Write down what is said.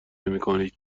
نمیکنید